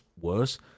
worse